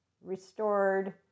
restored